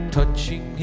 Touching